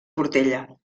portella